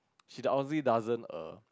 she honestly doesn't err